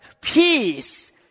peace